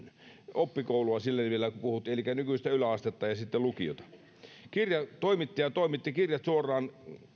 oppikoulua niin kuin silloin sanottiin elikkä nykyistä yläastetta ja sitten lukiota kirjakauppias toimitti kirjat suoraan